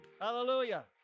Hallelujah